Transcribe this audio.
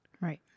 Right